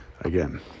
again